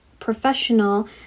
professional